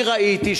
אני ראיתי,